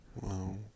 Wow